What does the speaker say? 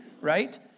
right